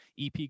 EP